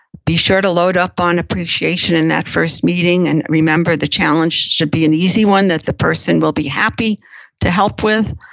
be sure to load up on appreciation in that first meeting and, remember, the challenge should be an easy one, that the person will be happy to help with.